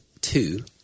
two